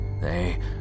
They